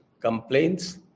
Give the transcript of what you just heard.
complaints